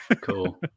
cool